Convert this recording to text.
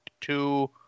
two